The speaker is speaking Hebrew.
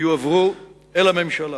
יועברו אל הממשלה.